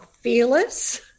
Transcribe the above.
fearless